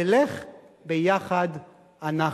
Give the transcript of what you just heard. נלך ביחד אנחנו.